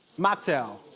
mocktail.